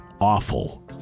awful